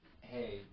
hey